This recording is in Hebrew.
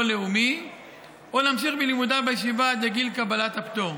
לאומי או להמשיך בלימודיו בישיבה עד לגיל קבלת הפטור.